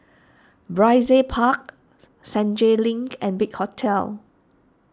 Brizay Park Senja Link and Big Hotel